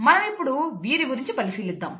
మనమిప్పుడు వీరి గురించి పరిశీలిద్దాం